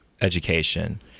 education